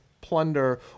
plunder